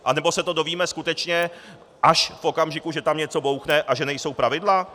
Anebo se to dozvíme skutečně až v okamžiku, že tam něco bouchne a že nejsou pravidla?